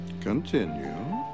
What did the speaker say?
Continue